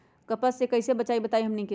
कपस से कईसे बचब बताई हमनी के?